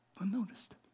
Unnoticed